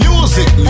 music